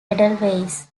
edelweiss